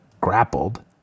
grappled